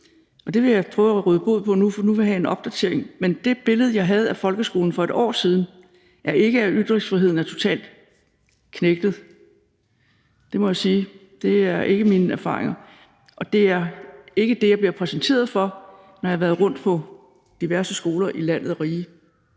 Det vil jeg prøve at råde bod på nu, for nu vil jeg have en opdatering. Men det billede, jeg havde af folkeskolen for et år siden, var ikke, at ytringsfriheden er totalt knægtet. Det må jeg sige. Det er ikke mine erfaringer, og det er ikke det, jeg bliver præsenteret for, når jeg har været land og rige rundt på